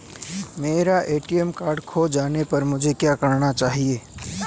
मेरा ATM card खो जाने पर मुझे क्या करना होगा?